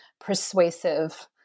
persuasive